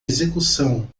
execução